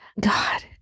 God